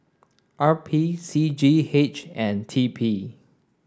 R P C G H and T P